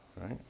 Right